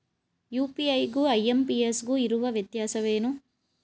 UPI ಗು IMPS ಗು ಇರುವ ವ್ಯತ್ಯಾಸವೇನು?